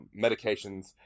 medications